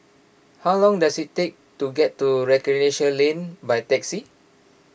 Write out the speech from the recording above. how long does it take to get to Recreation Lane by taxi